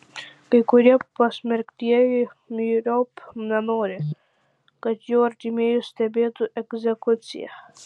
kai kurie pasmerktieji myriop nenori kad jų artimieji stebėtų egzekuciją